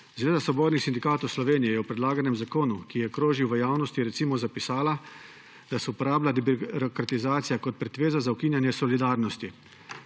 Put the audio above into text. sindikatov Slovenije je o predlaganem zakonu, ki je krožil v javnosti, recimo zapisala, da se uporablja debirokratizacija kot pretveza za ukinjanje solidarnosti.